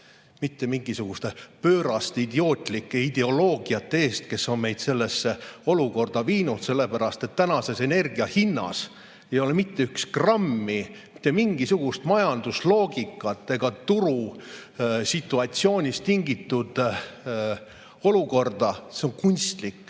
mitte mingisuguste pööraste, idiootlike ideoloogiate eest, mis on meid sellesse olukorda viinud. Sellepärast et tänases energiahinnas ei ole mitte üht grammi mingisugust majandusloogikat ega turusituatsioonist tingitud olukorda. See on kunstlik,